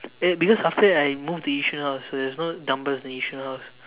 it because after that I move to Yishun house so there's no dumbbells in Yishun house